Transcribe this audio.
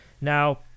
Now